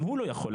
גם הוא לא יכול,